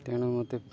ତେଣୁ ମୋତେ